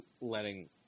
letting –